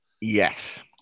Yes